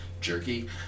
jerky